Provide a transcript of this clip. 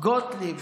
גוטליב.